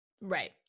Right